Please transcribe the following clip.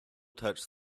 touched